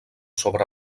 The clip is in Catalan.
sobre